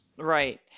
right